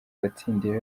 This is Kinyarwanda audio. watsindiye